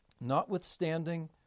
Notwithstanding